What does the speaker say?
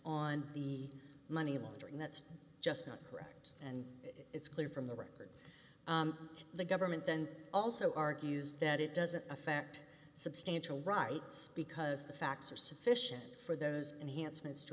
on the money laundering that's just not correct and it's clear from the record the government then also argues that it doesn't affect substantial rights because the facts are sufficient for those and handsomest to